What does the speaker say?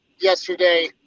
Yesterday